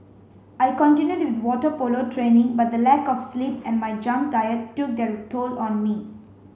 I continued with water polo training but the lack of sleep and my junk diet took their toll on me